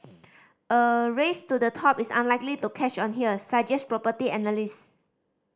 a race to the top is unlikely to catch on here suggest property analyst